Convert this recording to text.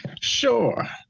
Sure